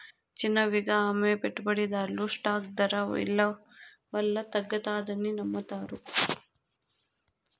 చిన్నవిగా అమ్మే పెట్టుబడిదార్లు స్టాక్ దర ఇలవల్ల తగ్గతాదని నమ్మతారు